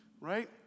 right